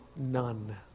none